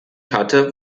hatte